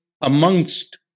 amongst